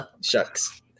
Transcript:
shucks